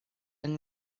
yng